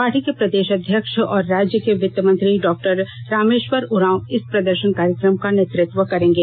party के प्रदेष अध्यक्ष और राज्य के वित्तमंत्री डॉक्टर रामेष्वर उरांव इस प्रदर्षन कार्यक्रम का नेतृत्व करेंगे